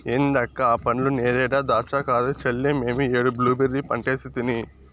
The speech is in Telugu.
ఏంది అక్క ఆ పండ్లు నేరేడా దాచ్చా కాదు చెల్లే మేమీ ఏడు బ్లూబెర్రీ పంటేసితిని